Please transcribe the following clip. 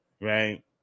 right